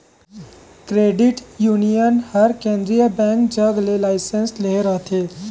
credit union हर केंद्रीय bank जग ले लाइसेंस लेहे रहथे